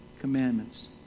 commandments